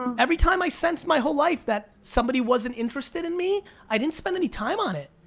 every time i sensed my whole life that somebody wasn't interested in me, i didn't spend any time on it.